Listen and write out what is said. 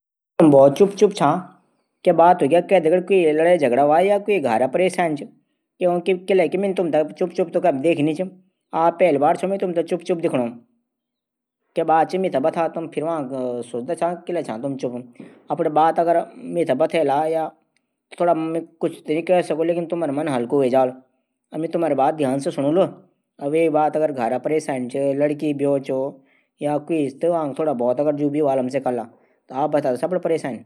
जब भी मि उदास हूदू तुम थै पता हूदू कि मेथे कन हंसाण क्या तुम चुटकिला बुलदा या तुम इन बात बुलदा ज्यान मेथे हैंसण ऐजा ईं चीज मा तुम बिल्कुल ऊ छा भई कई बार दियाखि मिन जब भी उदास रैंदू तुम हमेशा इन बात बुलदा कि मि हैसण रोकी ही नी सकदू। यां म त मि तुमथे मःद छौ।